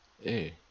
Hey